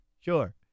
Sure